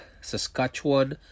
Saskatchewan